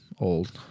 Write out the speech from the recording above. old